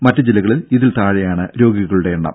മറ്റുജില്ലകളിൽ ഇതിൽ താഴെയാണ് രോഗികളുടെ എണ്ണം